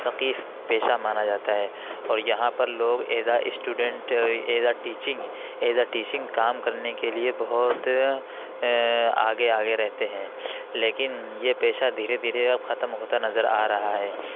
ثقیف پیشہ مانا جاتا ہے اور یہاں پر لوگ as a student as a teaching as a teaching کام کرنے کے لیے بہت آگے آگے رہتے ہیں لیکن یہ پیشہ دھیرے دھیرے اب ختم ہوتا نظر آ رہا ہے